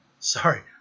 Sorry